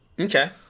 Okay